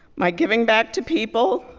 my giving back to people,